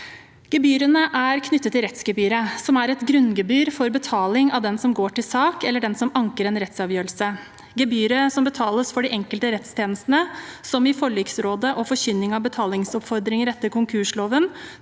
Gebyrene er knyttet til rettsgebyret, som er et grunngebyr for betaling av den som går til sak, eller den som anker en rettsavgjørelse. Gebyret som betales for de enkelte rettstjenestene – som i forliksrådet og forkynning av betalingsoppfordringer etter konkursloven,